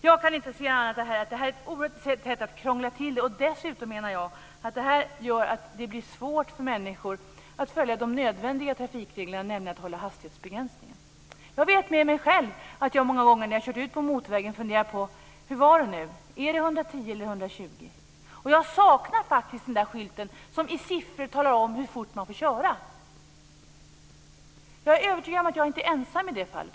Jag kan inte se annat än att detta är ett sätt att krångla till det hela. Dessutom blir det, menar jag, svårt för människor att följa de nödvändiga trafikreglerna, nämligen de om att hålla hastighetsbegränsningen. Jag vet själv med mig att jag många gånger när jag kört ut på en motorväg funderat: Hur var det nu? Är det 110 eller 120? Jag saknar faktiskt en skylt som i siffror talar om hur fort man får köra. Jag är övertygad om att jag inte är ensam i det fallet.